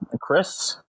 Chris